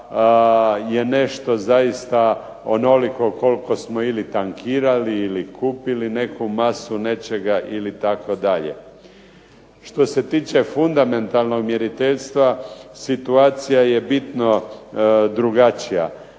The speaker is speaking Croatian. je nešto zaista onoliko koliko smo ili tankirali ili kupili neku masu nečega ili tako dalje. Što se tiče fundamentalnog mjeriteljstva, situacija je bitno drugačija.